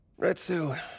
retsu